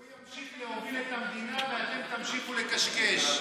הוא ימשיך להוביל את המדינה ואתם תמשיכו לקשקש.